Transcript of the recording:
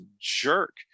jerk